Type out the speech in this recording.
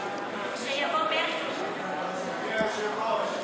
אדוני היושב-ראש,